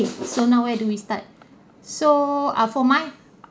so now where do we start so ah for my